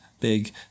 Big